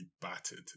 battered